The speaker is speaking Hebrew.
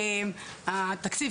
התקציב,